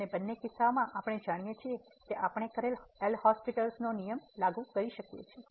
અને બંને કિસ્સાઓમાં આપણે જાણીએ છીએ કે આપણે કરેલ 'હોસ્પિટલL'hospital'sનો નિયમ લાગુ કરી શકીએ છીએ